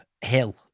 hill